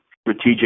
strategic